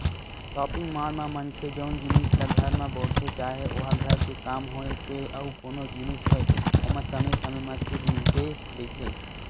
shopping mall म मनखे जउन जिनिस ल घर म बउरथे चाहे ओहा घर के काम होय ते अउ कोनो जिनिस होय ओमा समे समे म छूट मिलते रहिथे